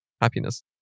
happiness